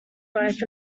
life